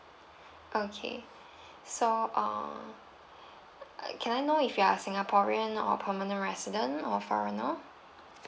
okay so err uh can I know if you are singaporean or permanent resident or foreigner